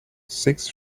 six